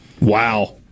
Wow